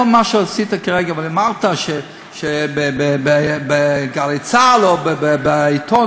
כל מה שעשית כרגע ואמרת שבגלי צה"ל או בעיתון,